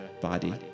body